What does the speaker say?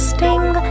Sting